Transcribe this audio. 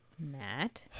Matt